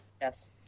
Yes